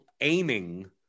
aiming